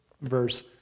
verse